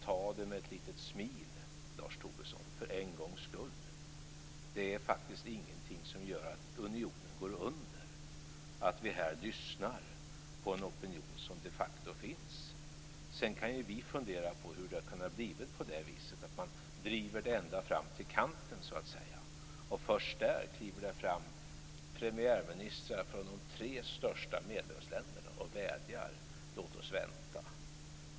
Ta det med ett litet smil, Lars Tobisson, för en gångs skull! Det är faktiskt ingenting som gör att unionen går under, att vi lyssnar på en opinion som de facto finns. Sedan kan vi fundera över hur det har kunnat bli på det viset, att man driver frågan så att säga ända fram till kanten och först därefter kliver det fram premiärministrar från de tre största medlemsländerna och vädjar: Låt oss vänta.